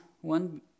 one